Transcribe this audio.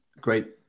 great